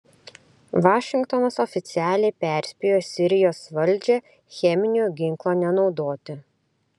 vašingtonas oficialiai perspėjo sirijos valdžią cheminio ginklo nenaudoti